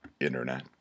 Internet